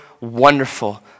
wonderful